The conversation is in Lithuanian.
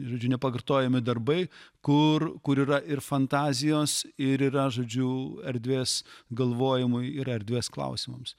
žodžiu nepakartojami darbai kur kur yra ir fantazijos ir yra žodžiu erdvės galvojimui ir erdvės klausimams